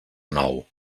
nou